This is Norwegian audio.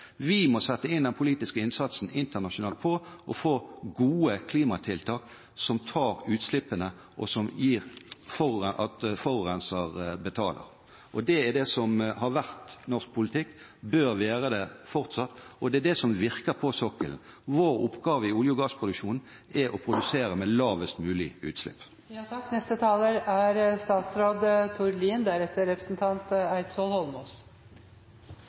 Vi må sette inn den politiske innsatsen internasjonalt på å få til gode klimatiltak som tar utslippene, og som gjør at forurenser betaler. Det er det som har vært, og fortsatt bør være, norsk politikk, og det er det som virker på sokkelen. Vår oppgave i olje- og gassproduksjonen er å produsere med lavest mulig utslipp.